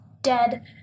dead